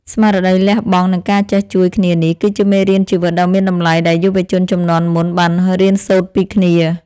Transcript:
ស្មារតីលះបង់ និងការចេះជួយគ្នានេះ គឺជាមេរៀនជីវិតដ៏មានតម្លៃដែលយុវជនជំនាន់មុនបានរៀនសូត្រពីគ្នា។